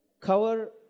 cover